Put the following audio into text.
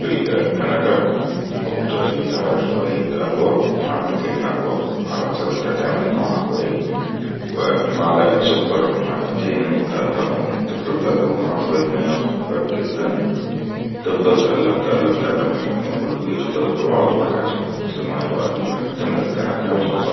تجيب الكنكه تجط فيها شويت أهوة معلئتين أهوة علي حسب انت هتعمل نوع أهوة ايه ومعلئه سكر او معلئتين وتئلبهم تفضل تئلبهم مع شويت مايه خفاف جدن تفضل تئلب تئلب تئلب لحد م كله يختلط ببعضه وبعدها تحط مايه بئا تملي الكنكه